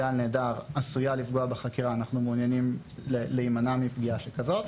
על הנעדר עשויה לפגוע בחקירה ואנחנו רוצים להימנע מפגיעה כזאת.